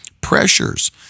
pressures